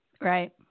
Right